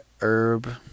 herb